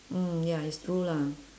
mm ya it's true lah